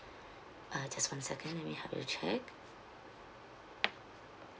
uh just one second let me help you check